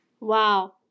Wow